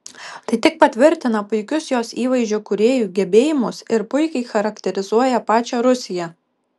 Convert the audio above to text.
tai tik patvirtina puikius jos įvaizdžio kūrėjų gebėjimus ir puikiai charakterizuoja pačią rusiją